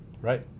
Right